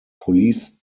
police